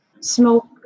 smoke